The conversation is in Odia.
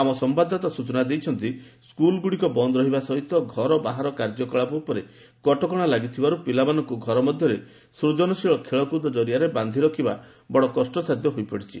ଆମ ସମ୍ଭାଦଦାତା ସୂଚନା ଦେଇଛନ୍ତି ସ୍କୁଲ୍ଗୁଡ଼ିକ ବନ୍ଦ୍ ରହିବା ସହିତ ଘର ବାହାର କାର୍ଯ୍ୟକଳାପ ଉପରେ କଟକଣା ଲାଗିଥିବାରୁ ପିଲାମାନଙ୍କୁ ଘର ମଧ୍ୟରେ ସ୍ହଜନଶୀଳ ଖେଳକୁଦ କରିଆରେ ବାନ୍ଧି ରଖିବା ବଡ଼ କଷ୍ଟସାଧ୍ୟ ହୋଇପଡ଼ିଛି